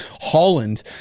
Holland